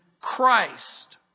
Christ